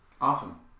Awesome